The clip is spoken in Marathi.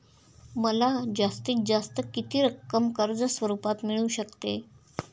मला जास्तीत जास्त किती रक्कम कर्ज स्वरूपात मिळू शकते?